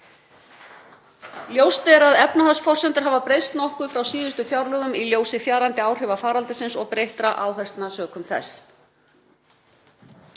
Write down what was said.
Ljóst er að efnahagsforsendur hafa breyst nokkuð frá síðustu fjárlögum í ljósi fjarandi áhrifa faraldursins og breyttra áherslna sökum þess.